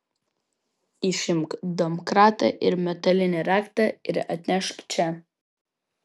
išimk domkratą ir metalinį raktą ir atnešk čia